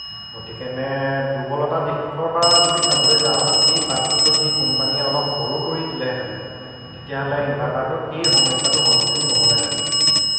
গতিকেনে দুৰ্বলতাৰ দিশৰ পৰা যদি চাবলৈ যাওঁ এই বাটটো যদি কোম্পানিয়ে অলপ সৰু কৰি দিলেহেঁতেন তেতিয়াহ'লে ইন্ভাৰ্টাৰটো এই সমস্যাটোৰ সন্মুখীন নহ'লহেঁতেন